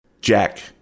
Jack